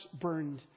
burned